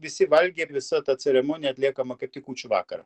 visi valgiai ir visa ta ceremonija atliekama kaip tik kūčių vakarą